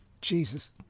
Jesus